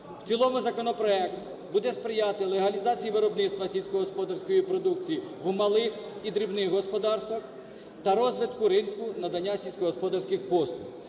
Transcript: В цілому законопроект буде сприяти легалізації виробництва сільськогосподарської продукції у малих і дрібних господарствах та розвитку ринку надання сільськогосподарських послуг.